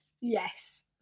Yes